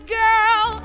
girl